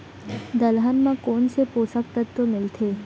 दलहन म कोन से पोसक तत्व मिलथे?